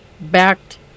backed